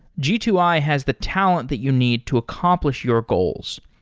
g two i has the talent that you need to accomplish your goals.